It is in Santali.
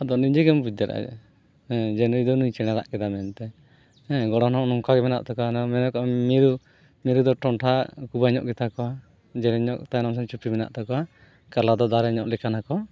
ᱟᱫᱚ ᱱᱤᱡᱮᱜᱮᱢ ᱵᱩᱡᱽ ᱫᱟᱲᱮᱭᱟᱜᱼᱟ ᱦᱮᱸ ᱡᱮ ᱱᱩᱭᱫᱚ ᱱᱩᱭ ᱪᱮᱬᱮ ᱨᱟᱜ ᱠᱮᱫᱟ ᱢᱮᱱᱛᱮ ᱦᱮᱸ ᱜᱚᱲᱦᱚᱱ ᱦᱚᱸ ᱱᱚᱝᱠᱟᱜᱮ ᱢᱮᱱᱟᱜ ᱛᱟᱠᱚᱣᱟ ᱢᱮᱱᱟᱠᱚ ᱢᱤᱨᱩ ᱢᱤᱨᱩᱫᱚ ᱴᱚᱱᱴᱷᱟ ᱠᱩᱵᱟᱹᱧᱚᱜ ᱜᱮᱛᱟ ᱠᱚᱣᱟ ᱡᱮᱞᱮᱧ ᱧᱚᱜ ᱛᱟᱭᱚᱢ ᱥᱮᱫ ᱪᱩᱯᱤ ᱢᱮᱱᱟᱜ ᱛᱟᱠᱚᱣᱟ ᱠᱟᱞᱟᱨ ᱫᱚ ᱫᱟᱨᱮ ᱧᱚᱜ ᱞᱮᱠᱟᱱᱟ ᱠᱚ